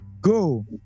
go